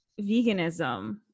veganism